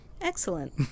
Excellent